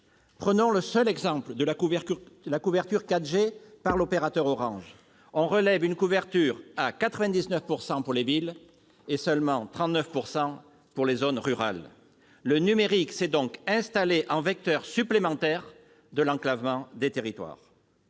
Prenons le seul exemple de la couverture 4 G par l'opérateur Orange : on relève une couverture à 99 % pour les villes, contre seulement 39 % pour les zones rurales. Le numérique s'est donc installé en vecteur supplémentaire de l'enclavement des territoires.